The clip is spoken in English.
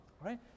Right